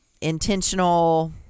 intentional